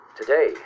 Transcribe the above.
Today